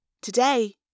Today